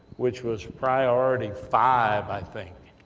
which was priority five, i think,